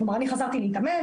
אני חזרתי להתאמן,